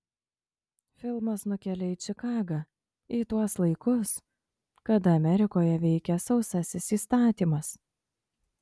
filmas nukelia į čikagą į tuos laikus kada amerikoje veikė sausasis įstatymas